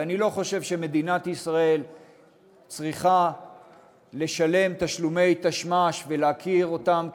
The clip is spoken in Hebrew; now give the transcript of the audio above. ואני לא חושב שמדינת ישראל צריכה לשלם תשלומי תשמ"ש ולהכיר בהם כחיילים,